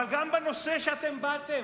אבל גם בנושא שאתם באתם,